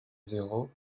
zéro